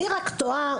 אני רק תוהה,